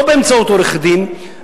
לא באמצעות עורך-דין,